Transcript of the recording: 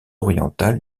orientale